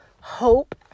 hope